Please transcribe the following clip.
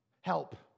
Help